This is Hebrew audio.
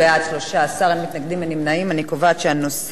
אני קובעת שהנושא: מפעל "קיקה" כדוגמה לשבריריות